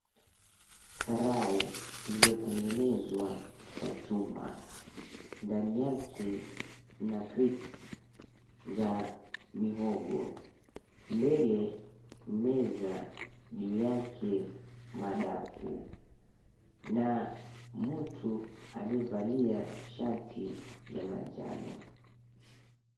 Karai iliyotengenezwa kwa chuma, ndani yake mna crips za mihogo, mbele meza, juu yake madafu na mtu aliyevalia shati ya manjano.